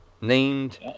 Named